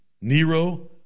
Nero